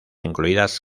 incluidas